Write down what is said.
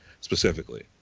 specifically